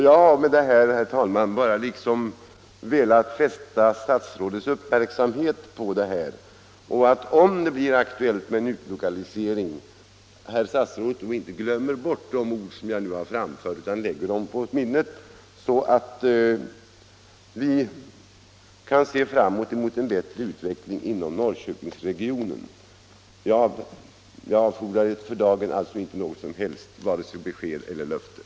Jag har med detta, herr talman, bara velat fästa statsrådets uppmärk samhet på Norrköping, för att herr statsrådet — om det blir aktuellt med en utlokalisering — skall lägga mina ord på minnet, så att vi kan se framåt mot en bättre utveckling inom Norrköpingsregionen. För dagen avfordrar jag inte statsrådet vare sig något besked eller något löfte.